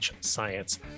science